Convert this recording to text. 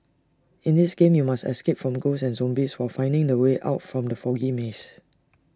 in this game you must escape from ghosts and zombies while finding the way out from the foggy maze